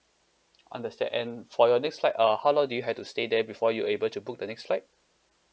understand and for your next flight uh how long did you have to stay there before you able to book the next flight